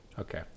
Okay